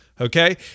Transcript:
Okay